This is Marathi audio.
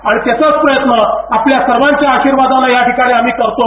आणि त्याचाच प्रयत्न आपल्या सर्वांच्या आशीर्वादाने या ठिकाणी आम्ही करतो